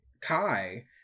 kai